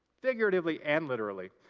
figuratively and literally.